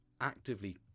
actively